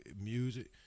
music